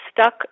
stuck